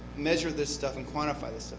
measure this stuff and quantify this stuff.